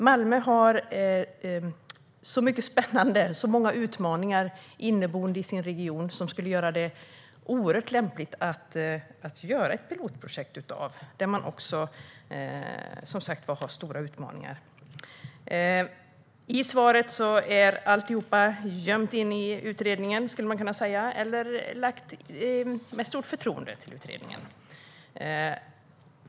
Malmö har så mycket spännande, så många utmaningar inneboende i sin region som skulle göra det oerhört lämpligt med ett pilotprojekt. I svaret är allting gömt inne i utredningen, skulle man kunna säga, eller lagt med stort förtroende till utredningen.